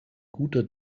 guter